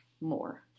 more